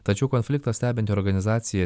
tačiau konfliktą stebinti organizacija